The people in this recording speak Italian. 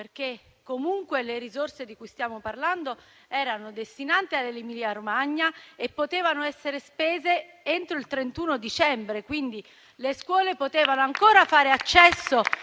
perché comunque le risorse di cui stiamo parlando erano destinate all'Emilia-Romagna e potevano essere spese entro il 31 dicembre, quindi le scuole potevano ancora fare accesso